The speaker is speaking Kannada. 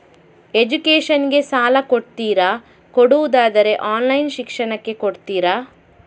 ಎಜುಕೇಶನ್ ಗೆ ಸಾಲ ಕೊಡ್ತೀರಾ, ಕೊಡುವುದಾದರೆ ಆನ್ಲೈನ್ ಶಿಕ್ಷಣಕ್ಕೆ ಕೊಡ್ತೀರಾ?